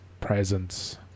presence